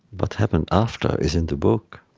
what happened after is in the book.